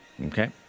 Okay